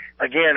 Again